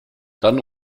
dann